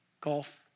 golf